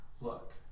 look